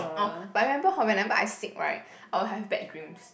oh but I remember hor whenever I sick right I will have bad dreams